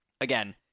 again